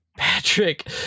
Patrick